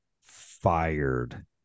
fired